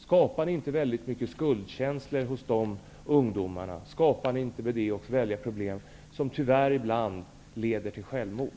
Skapar ni inte väldigt mycket skuldkänslor hos de ungdomarna? Och skapar ni inte med det också väldigt stora problem, som tyvärr ibland leder till självmord?